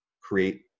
create